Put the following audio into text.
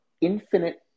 infinite